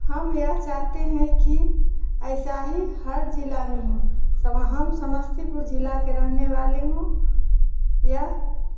हम यह चाहते हैं कि ऐसा ही हर ज़िला में हो हम समस्तीपुर ज़िला की रहने वाली हूँ या